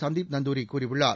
சந்தூப் நந்தூரி கூறியுள்ளார்